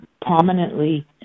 prominently